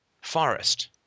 forest